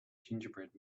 gingerbread